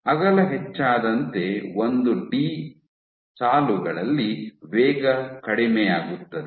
ಅಗಲ ಹೆಚ್ಚಾದಂತೆ ಒಂದು ಡಿ ಸಾಲುಗಳಲ್ಲಿ ವೇಗ ಕಡಿಮೆಯಾಗುತ್ತದೆ